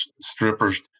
strippers